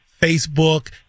Facebook